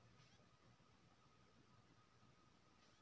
हमरा लोन के लिए की सब करे परतै?